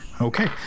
Okay